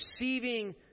receiving